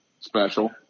special